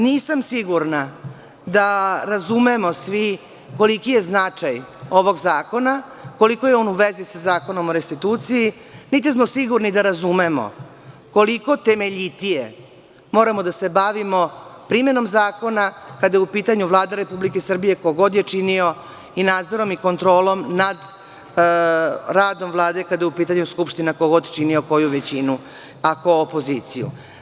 Nisam sigurna da razumemo svi koliki je značaj ovog zakona, koliko je on u vezi sa Zakonom o restituciji, niti smo sigurni da razumemo koliko temeljitije moramo da se bavimo primenom zakona, kada je u pitanju Vlada Republike Srbije, ko god je činio, i nadzorom i kontrolom nad radom Vlade, kada je u pitanju Skupština, ko god činio koju većinu, a ko opoziciju.